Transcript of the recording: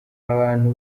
abantu